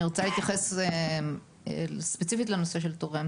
אני רוצה להתייחס ספציפית לנושא של תורי